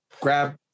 grab